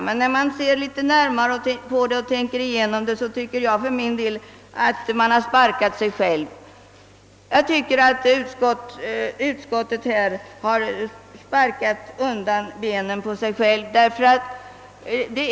Granskar man det emellertid närmare och tänker igenom saken, finner man att utskottet snarare har sparkat sig självt.